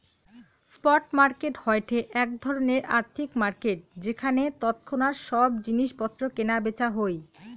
spot market হয়ঠে এক ধরণের আর্থিক মার্কেট যেখানে তৎক্ষণাৎ সব জিনিস পত্র কেনা বেচা হই